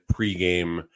pregame